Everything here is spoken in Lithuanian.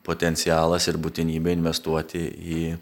potencialas ir būtinybė investuoti į